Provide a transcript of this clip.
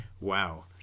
Wow